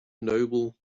noble